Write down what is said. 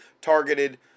targeted